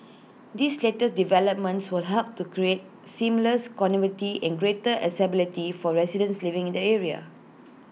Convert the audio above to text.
these letter developments will help to create seamless connectivity and greater accessibility for residents living in the area